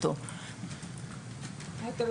(אומרת דברים